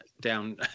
down